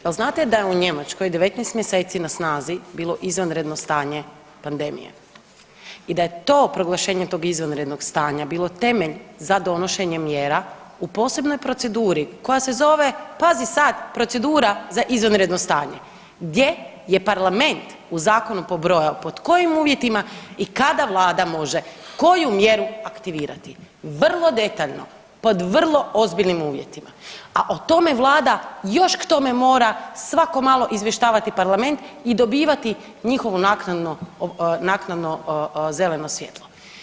Jel znate da je u Njemačkoj 19 mjeseci na snazi bilo izvanredno stanje pandemije i da je to proglašenje tog izvanrednog stanja bilo temelj za donošenje mjera u posebnoj proceduri koja se zove, pazi sad, procedura za izvanredno stanje gdje je parlament u zakonu pobrojao pod kojim uvjetima i kada vlada može koju mjeru aktivirati, vrlo detaljno pod vrlo ozbiljnim uvjetima, a o tome vlada još k tome mora svako malo izvještavati parlament i dobivati njihovo naknadno zeleno svjetlo.